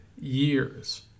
years